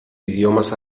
idiomas